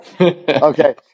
Okay